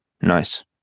Nice